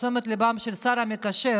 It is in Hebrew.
לתשומת ליבו של השר המקשר,